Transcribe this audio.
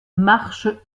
marche